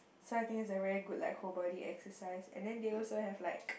so I think it's a very good like whole body exercise and then they also have like